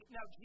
Now